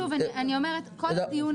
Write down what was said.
לגבי ייבוא במסלול